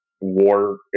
war